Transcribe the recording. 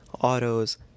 autos